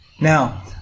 Now